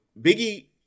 Biggie